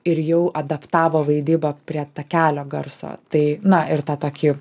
ir jau adaptavo vaidybą prie takelio garso tai na ir tą tokį